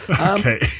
Okay